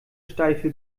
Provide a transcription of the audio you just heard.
steife